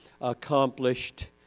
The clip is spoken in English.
accomplished